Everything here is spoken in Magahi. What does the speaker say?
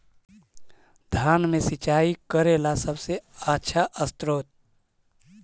धान मे सिंचाई करे ला सबसे आछा स्त्रोत्र?